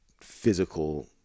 physical